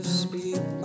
speak